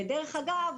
דרך אגב,